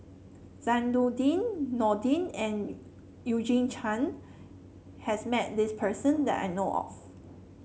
Zainudin Nordin and Eugene Chen has met this person that I know of